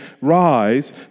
Rise